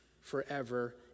forever